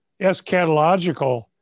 eschatological